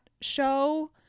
show